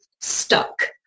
stuck